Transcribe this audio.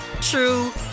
true